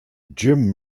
jim